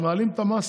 הם מעלים את המס